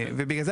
בגלל זה,